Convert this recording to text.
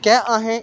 क्या असें